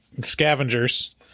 Scavengers